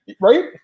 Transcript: right